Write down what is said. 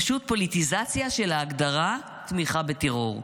פשוט פוליטיזציה של ההגדרה תמיכה בטרור.